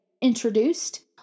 introduced